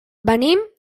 venim